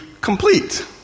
complete